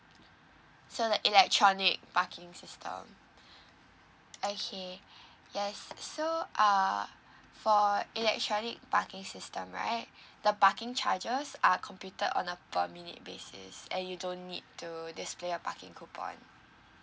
so the electronic parking system okay yes so err for electronic parking system right the parking charges are computed on a per minute basis and you don't need to display a parking coupon